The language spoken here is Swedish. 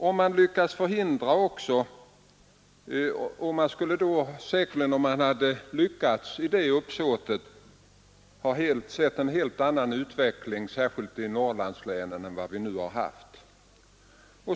Om man hade lyckats i det uppsåtet, skulle vi säkerligen ha fått se på en helt annan utveckling, särskilt i Norrlandslänen, än den vi nu haft.